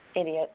idiot